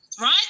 Right